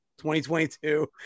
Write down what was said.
2022